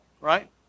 Right